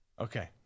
Okay